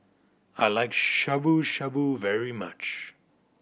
I like Shabu Shabu very much